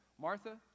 Martha